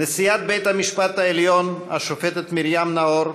נשיאת בית-המשפט העליון השופטת מרים נאור,